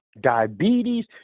diabetes